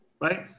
right